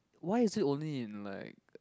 why is it only in like